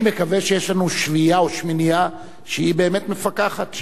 אני מקווה שיש לנו שביעייה או שמינייה שבאמת מפקחת.